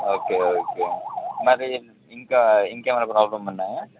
okay okay మరి ఇంకా ఇంకా ఏమన్నా ప్రాబ్లమ్ ఉన్నాయా